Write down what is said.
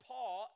Paul